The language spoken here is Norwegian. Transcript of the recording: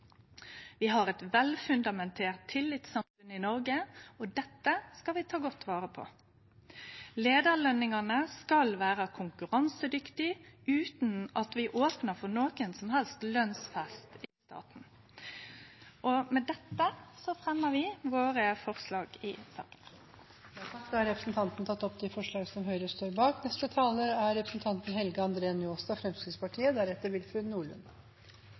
Vi har eit velfundamentert tillitssamfunn i Noreg, og dette skal vi ta godt vare på. Leiarløningane skal vere konkurransedyktige utan at vi opnar for nokon lønsfest i staten. Med dette fremjar eg forslaget frå Høgre, Framstegspartiet og Kristeleg Folkeparti. Da har representanten Torill Eidsheim tatt opp